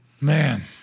Man